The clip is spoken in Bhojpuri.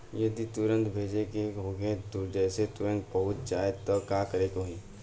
जदि तुरन्त भेजे के होखे जैसे तुरंत पहुँच जाए त का करे के होई?